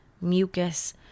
mucus